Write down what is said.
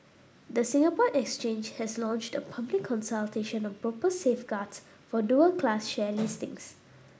the Singapore Exchange has launched a public consultation on proposed safeguards for dual class share listings